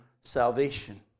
salvation